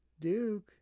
Duke